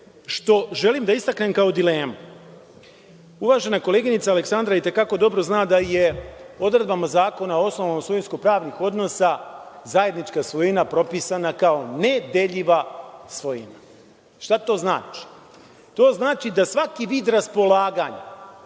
što želim da istaknem kao dilemu, uvažena koleginica Aleksandra i te kako dobro zna da je odredbama Zakona o osnovama svojinsko-pravnih odnosa zajednička svojina propisana kao nedeljiva svojina. Šta to znači? To znači da svaki vid raspolaganja